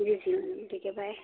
जी जी मैम ठीक है बाए